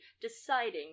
deciding